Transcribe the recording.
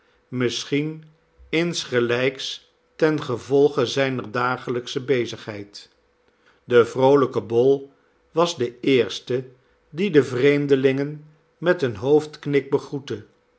misschien insgelijks ten gevolge zijner dagelijksche bezigheid de vroolijke bol was de eerste die de vreemdelingen met een hoofdknik begroette